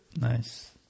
Nice